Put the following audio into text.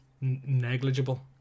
negligible